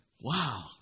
Wow